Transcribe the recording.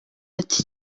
ati